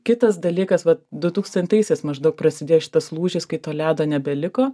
kitas dalykas va du tūkstantaisiais maždaug prasidėjo šitas lūžis kai to ledo nebeliko